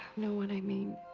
know what i mean.